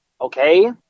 okay